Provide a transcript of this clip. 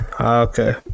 okay